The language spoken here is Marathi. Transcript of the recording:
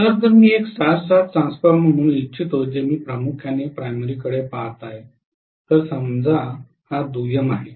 तर जर मी एक स्टार स्टार ट्रान्सफॉर्मर म्हणू इच्छितो जे मी प्रामुख्याने प्राथमिककडे पहात आहे तर समजा दुय्यम आहे